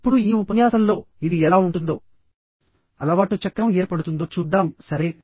ఇప్పుడు ఈ ఉపన్యాసంలో ఇది ఎలా ఉంటుందో అలవాటు చక్రం ఏర్పడుతుందో చూద్దాంసరే